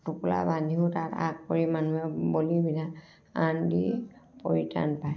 টোপোলা বান্ধিও তাত আগ কৰি মানুহে বলি বিধান দি পৰিত্ৰাণ পায়